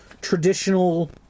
traditional